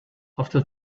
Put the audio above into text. after